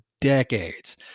decades